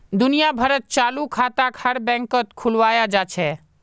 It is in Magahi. दुनिया भरत चालू खाताक हर बैंकत खुलवाया जा छे